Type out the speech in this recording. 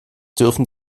dürfen